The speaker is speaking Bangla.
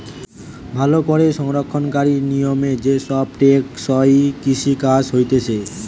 ভালো করে সংরক্ষণকারী নিয়মে যে সব টেকসই কৃষি কাজ হতিছে